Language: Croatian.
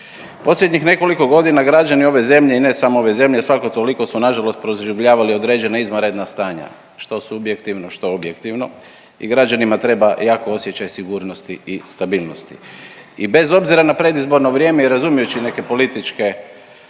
Posljednjih nekoliko godina građani ove zemlje i ne samo ove zemlje, svako toliko su nažalost proživljavali određena izvanredna stanja, što subjektivno, što objektivno i građanima treba jako osjećaj sigurnosti i stabilnosti. I bez obzira na predizborno vrijeme i razumijući neke političke